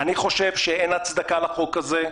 אני חושב שאין הצדקה לחוק הזה,